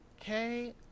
okay